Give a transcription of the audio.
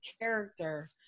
character